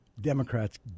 Democrats